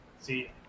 See